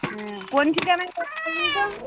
হ্যাঁ কোন ঠিকানায় দোকানটা